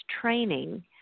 training